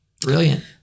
brilliant